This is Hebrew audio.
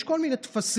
יש כל מיני טפסים.